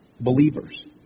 believers